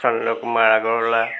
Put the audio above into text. Chandra Kumar Agarwala